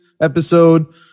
episode